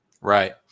Right